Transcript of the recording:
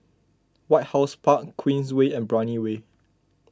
White House Park Queensway and Brani Way